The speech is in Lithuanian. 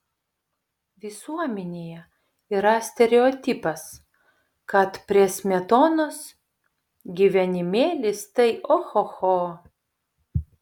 visuomenėje yra stereotipas kad prie smetonos gyvenimėlis tai ohoho